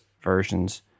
versions